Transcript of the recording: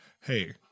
hey